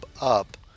up